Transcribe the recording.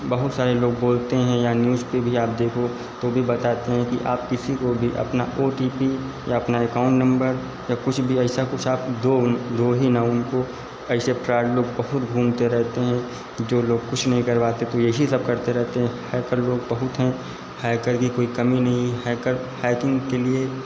बहुत सारे लोग बोलते हैं या न्यूज पर भी आप देखो तो भी बताते हैं कि आप किसी को भी अपना ओ टी पी या अपना एकाउन्ट नंबर या कुछ भी ऐसा कुछ आप दो दो ही न उनको ऐसे फ्राड लोग बहुत घूमते रहते हैं जो लोग कुछ नहीं कर पाते तो यही सब करते रहते हैं हैकर लोग बहुत हैं हैकर की कोई कमी नहीं है हैकर हैकिंग लिए